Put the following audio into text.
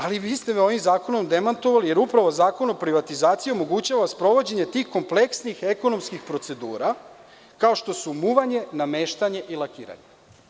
Ali, vi ste me ovim zakonom demantovali, jer upravo Zakon o privatizaciji omogućava sprovođenje tih kompleksnih ekonomskih procedura, kao što su „muvanje, nameštanje i lakiranje“